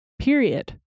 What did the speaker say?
Period